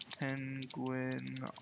penguin